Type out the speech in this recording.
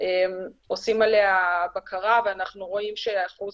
עושים עליה בקרה ואנחנו רואים שאחוז